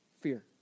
fear